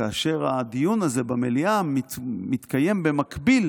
כאשר הדיון הזה במליאה מתקיים במקביל